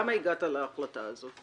תסביר למה הגעת להחלטה הזאת.